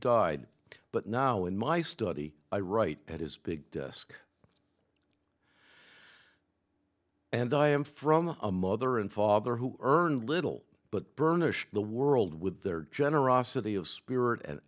died but now in my study i write at his big desk and i am from a mother and father who earn little but burnish the world with their generosity of spirit and